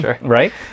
right